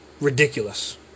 ridiculous